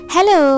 Hello